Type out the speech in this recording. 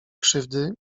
krzywdy